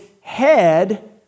head